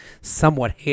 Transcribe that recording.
somewhat